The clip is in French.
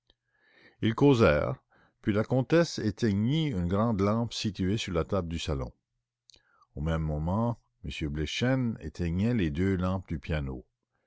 ils causèrent puis la comtesse éteignit une grande lampe située sur la table du salon au même moment m bleichen éteignait les deux lampes du piano